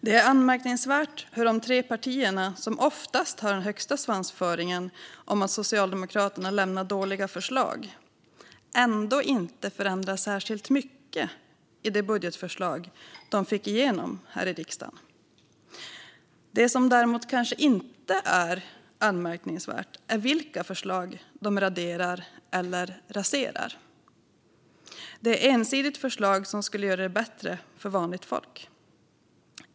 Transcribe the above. Det är anmärkningsvärt att de tre partier som oftast har den högsta svansföringen i fråga om att Socialdemokraterna lämnar dåliga förslag ändå inte förändrar särskilt mycket i det budgetförslag de fick igenom här i riksdagen. Det som kanske inte är anmärkningsvärt är vilka förslag de raderar eller raserar. Det är ensidigt förslag som skulle göra det bättre för vanligt folk.